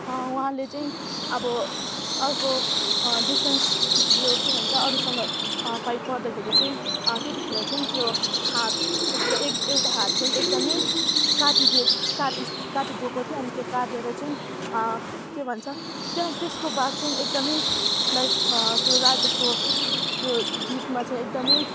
उहाँले चाहिँ अब अर्को डिफेन्स यो के भन्छ अरूसँग फाइट पर्दाखेरि चाहिँ त्यतिखेर चाहिँ त्यो हात उसको एउटा हात चाहिँ एकदमै काटिदिए काटिस् काटिदिएको थियो अनि काटेर चाहिँ के भन्छ त्यहाँ त्यसको बाद चाहिँ एकदमै लाइक त्यो राजाको त्यो जितमा चाहिँ एकदमै